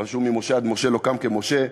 רשום "ממשה עד משה לא קם כמשה".